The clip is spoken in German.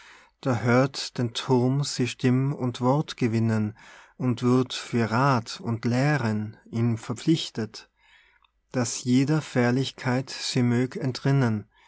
da hört den thurm sie stimm und wort gewinnen und wird für rath und lehren ihm verpflichtet daß jeder fährlichkeit sie mög entrinnen